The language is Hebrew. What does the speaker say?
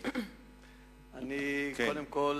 קודם כול,